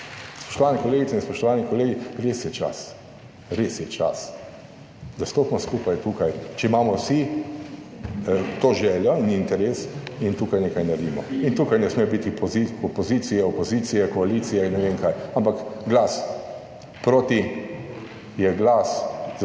Spoštovane kolegice in spoštovani kolegi! Res je čas, res je čas, da stopimo skupaj tukaj, če imamo vsi to željo in interes in tukaj nekaj naredimo. In tukaj ne sme biti poziv opozicije, opozicije, koalicije in ne vem kaj, ampak glas proti je glas za